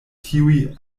tiuj